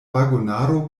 vagonaro